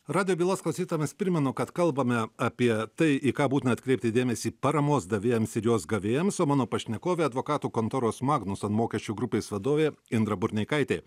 radijo bylos klasytojams primenu kad kalbame apie tai į ką būtina atkreipti dėmesį paramos davėjams ir jos gavėjams o mano pašnekovė advokatų kontoros magnusan mokesčių grupės vadovė indra burneikaitė